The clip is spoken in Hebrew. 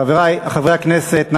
חבר הכנסת צור,